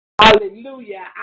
Hallelujah